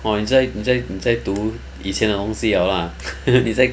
!wah! 你在你在你在读以前的东西了 lah 你在看以前的东西了